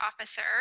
officer